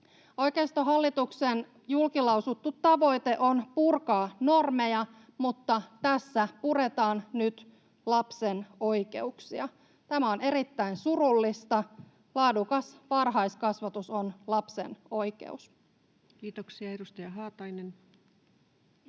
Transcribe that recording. Oikeistohallituksen julkilausuttu tavoite on purkaa normeja, mutta tässä puretaan nyt lapsen oikeuksia. Tämä on erittäin surullista. Laadukas varhaiskasvatus on lapsen oikeus. [Speech 164] Speaker: